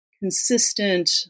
consistent